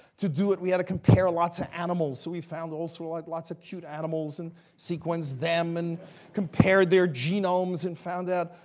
to do it, we had to compare lots of animals. so we found also like lots of cute animals, and sequenced them, and compared their genomes, and found out,